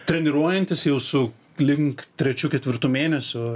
treniruojantis jau su link trečiu ketvirtu mėnesiu